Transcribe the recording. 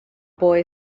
boy